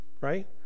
right